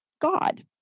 God